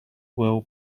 will